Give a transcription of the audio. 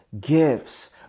gifts